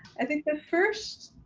i think the first,